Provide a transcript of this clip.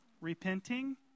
Repenting